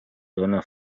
dona